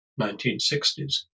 1960s